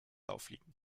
auffliegen